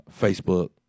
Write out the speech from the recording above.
Facebook